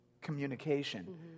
communication